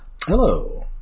Hello